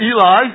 Eli